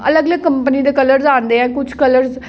अलग अलग कंपनी दे कलर औंदे ऐ किश कलर